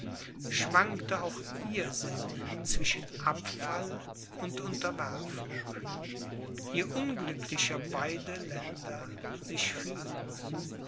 schwankte auch ihr sinn zwischen abfall und unterwerfung je unglücklicher beide länder sich fühlten